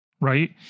right